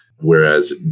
Whereas